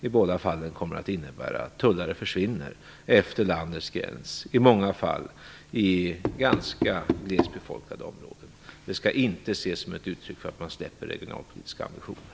I båda fallen kommer det att innebära att tullare försvinner utefter landets gräns, i många fall i ganska glest befolkade områden. Det skall inte ses som ett uttryck för att man släpper regionalpolitiska ambitioner.